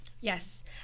yes